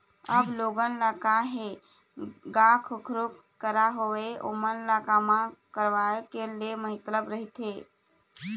अब लोगन ल काय हे गा कखरो करा होवय ओमन ल काम करवाय ले मतलब रहिथे